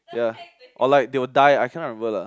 ya or like they'll die I cannot remember lah